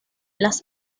las